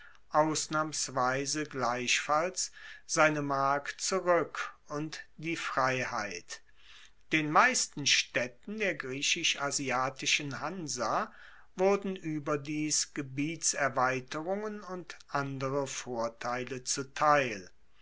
ausnahmsweise gleichfalls seine mark zurueck und die freiheit den meisten staedten der griechisch asiatischen hansa wurden ueberdies gebietserweiterungen und andere vorteile zuteil